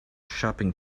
shopping